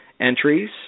entries